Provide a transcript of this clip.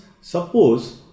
suppose